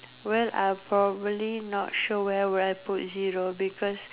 where I probably not sure where I put zero because